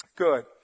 good